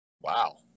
Wow